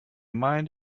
mind